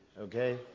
okay